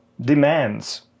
demands